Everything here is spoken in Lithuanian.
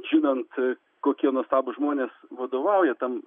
žinant kokie nuostabūs žmonės vadovauja tam